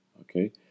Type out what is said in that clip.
Okay